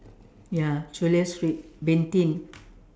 ya Chulia street Beng-Thin